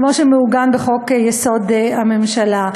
כמו שמעוגן בחוק-יסוד: הממשלה.